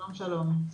שלום לכולם.